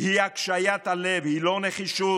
היא הקשיית הלב, היא לא נחישות.